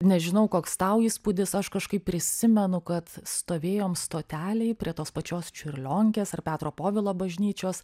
nežinau koks tau įspūdis aš kažkaip prisimenu kad stovėjom stotelėj prie tos pačios čiurlionkės ar petro povilo bažnyčios